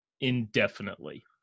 indefinitely